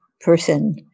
person